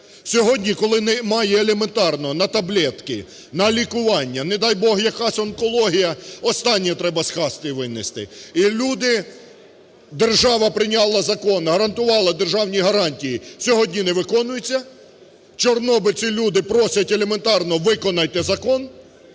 Сьогодні, коли немає елементарного: на таблетки, на лікування, не дай Бог, якась онкологія, - останнє треба з хати винести. І люди… держава прийняла закон, гарантувала державні гарантії, сьогодні не виконується. Чорнобильці-люди просять: елементарно виконайте закон.